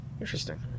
Interesting